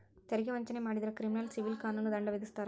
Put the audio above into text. ತೆರಿಗೆ ವಂಚನೆ ಮಾಡಿದ್ರ ಕ್ರಿಮಿನಲ್ ಸಿವಿಲ್ ಕಾನೂನು ದಂಡ ವಿಧಿಸ್ತಾರ